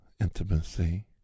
intimacy